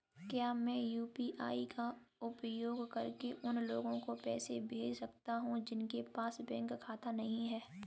क्या मैं यू.पी.आई का उपयोग करके उन लोगों को पैसे भेज सकता हूँ जिनके पास बैंक खाता नहीं है?